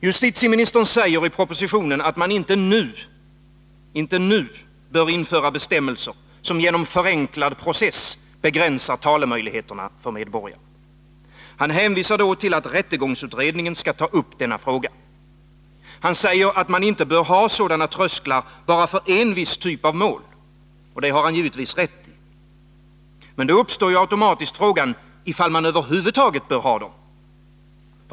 Justitieministern säger i propositionen, att man inte nu bör införa bestämmelser som genom förenklad process begränsar talemöjligheterna för medborgare. Han hänvisar till att rättegångsutredningen skall ta upp denna fråga. Han säger att man inte bör ha sådana trösklar bara för en viss typ av mål — och det har han givetvis rätt i. Men då uppstår ju automatiskt frågan, ifall man över huvud taget bör ha dem.